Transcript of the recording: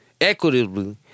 equitably